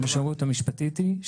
המשמעות המשפטית היא,